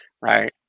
right